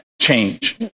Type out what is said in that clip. change